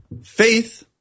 Faith